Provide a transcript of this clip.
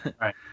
Right